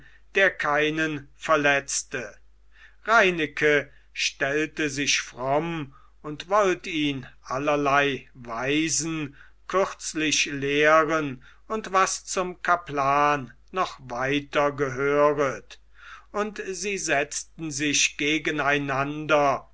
der keinen verletzte reineke stellte sich fromm und wollt ihn allerlei weisen kürzlich lehren und was zum kaplan noch weiter gehöret und sie setzten sich gegeneinander